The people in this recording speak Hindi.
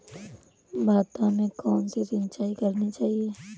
भाता में कौन सी सिंचाई करनी चाहिये?